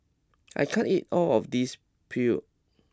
I can't eat all of this Pho